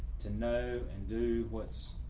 to know and do what's